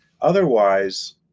otherwise